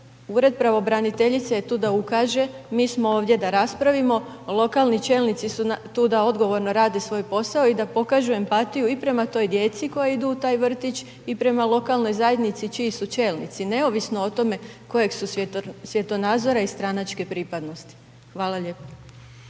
ured pravobraniteljice je tu da ukaže, mi smo ovdje da raspravimo, lokalni čelnici su tu da odgovorno rade svoj posao i da pokažu empatiju i prema toj djeci koja idu u taj vrtić i prema lokalnoj zajednici čiji su čelnici, neovisno o tome kojeg su svjetonazora i stranačke pripadnosti. Hvala lijepo.